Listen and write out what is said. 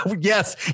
yes